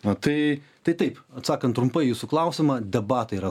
na tai tai taip atsakant trumpai į jūsų klausimą debatai yra